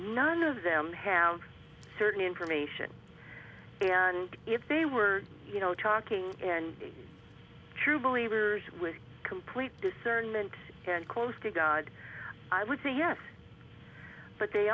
none of them have certain information and if they were you know talking in a true believers with complete discernment and close to god i would say yes but they